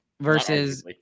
versus